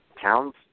Towns